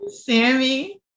sammy